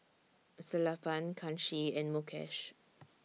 Sellapan Kanshi and Mukesh